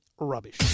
rubbish